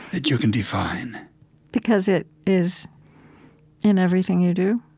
that you can define because it is in everything you do?